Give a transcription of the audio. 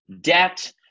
debt